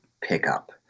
pickup